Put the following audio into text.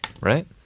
right